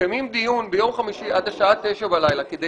מקיימים דיון ביום חמישי עד השעה 21:00 בלילה כדי